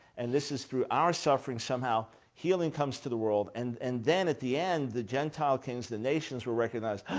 and this is through our suffering, somehow healing comes to the world. and. and then at the end, the gentile kings, the nations will recognize,